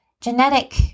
genetic